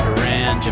Iran